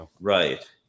Right